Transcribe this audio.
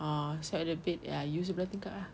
orh side of the bed ya you sebelah tingkap ah